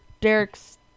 Derek's